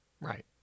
right